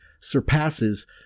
surpasses